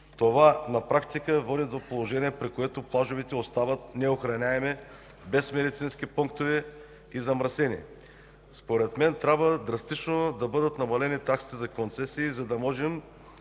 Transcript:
На практика това води до положение, при което плажовете остават неохраняеми, без медицински пунктове и замърсени. Според мен трябва драстично да бъдат намалени таксите за концесия, за да намерим